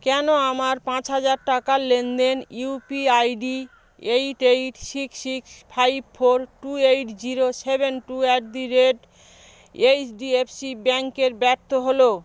কেন আমার পাঁচ হাজার টাকার লেনদেন UPI ID eight eight six six five four two eight zero seven two at the rate HDFC ব্যাঙ্কের ব্যর্থ হলো